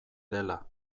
dela